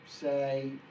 say